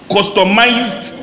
Customized